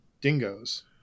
dingoes